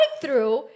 breakthrough